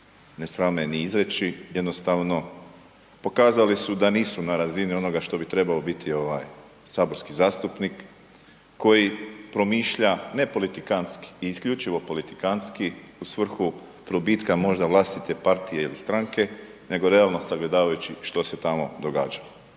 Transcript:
ne srame ni izreći, jednostavno pokazali su da nisu na razini onoga što bi trebao biti ovaj saborski zastupnik koji promišlja ne politikanski i isključivo politikanski u svrhu probitka možda vlastite partije il stranke, nego realno sagledavajući što se tamo događalo.